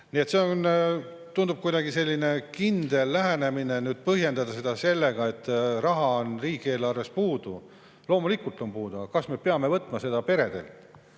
See on, tundub, kuidagi kindel lähenemine. Põhjendatakse seda sellega, et raha on riigieelarves puudu. Loomulikult on puudu, aga kas me peame võtma seda peredelt?